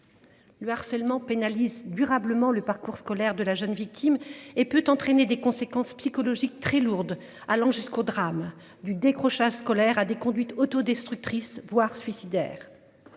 Le harcèlement pénalisent durablement le parcours scolaire de la jeune victime et peut entraîner des conséquences psychologiques très lourdes allant jusqu'au drame du décrochage scolaire à des conduites autodestructrice voire suicidaire.